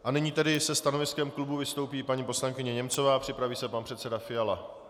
A nyní se stanoviskem klubu vystoupí paní poslankyně Němcová, připraví se pan předseda Fiala.